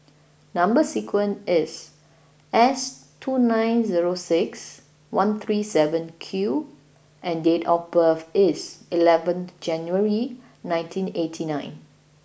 number sequence is S two nine zero six one three seven Q and date of birth is eleven January nineteen eighty nine